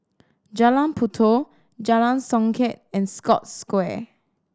Jalan Puyoh Jalan Songket and Scotts Square